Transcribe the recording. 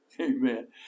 Amen